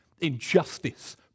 injustice